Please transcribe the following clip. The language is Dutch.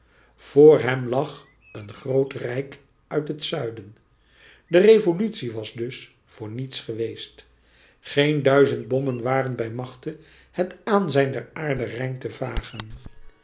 vr hem lag een groot rijk uit het zuiden de revolutie was dus voor niets geweest geen duizend bommen waren bij machte het aanzijn der aarde rein te vagen